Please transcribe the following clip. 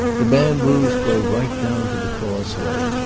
the bamboos grow right down to the causeway,